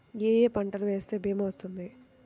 ఏ ఏ పంటలు వేస్తే భీమా వర్తిస్తుంది?